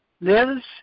lives